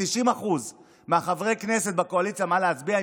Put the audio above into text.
ל-90% מחברי הכנסת בקואליציה מה להצביע,